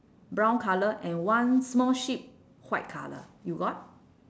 brown colour and one small sheep white colour you got